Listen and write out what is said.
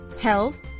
health